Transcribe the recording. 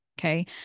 Okay